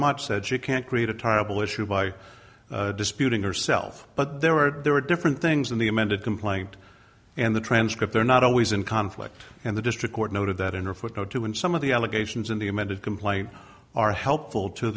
much said she can't create a terrible issue by disputing herself but there were there are different things in the amended complaint and the transcript they're not always in conflict and the district court noted that in her photo two and some of the allegations in the amended complaint are helpful to